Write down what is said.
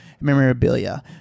memorabilia